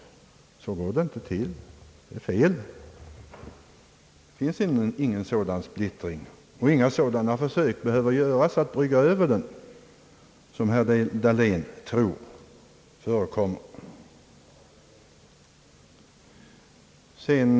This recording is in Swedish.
Så går det inte till — det är fel. Det finns ingen sådan splittring, och inga sådana försök behöver göras för att överbrygga den splittring som herr Dahlén tror förekommer.